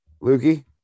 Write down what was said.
Lukey